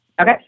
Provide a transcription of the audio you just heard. Okay